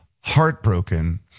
heartbroken